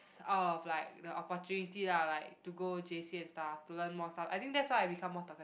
out of like the opportunity lah like to go J_C and stuff to learn more stuff I think that's why I became more talkative